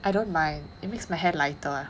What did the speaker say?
I don't mind it makes my hair lighter